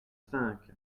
cinq